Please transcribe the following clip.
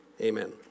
Amen